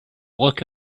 look